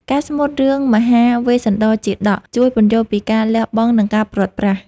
ការស្មូតរឿងមហាវេស្សន្តរជាតក ជួយពន្យល់ពីការលះបង់ និងការព្រាត់ប្រាស។